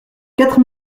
quatre